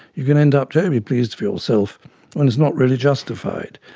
you can end up terribly pleased with yourself when it's not really justified.